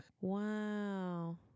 Wow